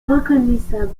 reconnaissables